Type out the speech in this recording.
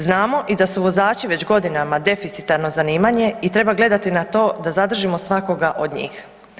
Znamo i da su vozači već godinama deficitarno zanimanje i treba gledati na to da zadržimo svakoga od njih.